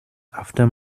after